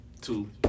two